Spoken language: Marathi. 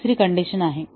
ही दुसरी कंडिशन आहे